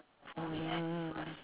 mmhmm